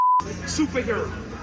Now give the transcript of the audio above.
superhero